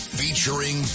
featuring